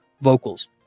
vocals